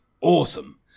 awesome